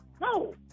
no